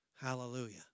Hallelujah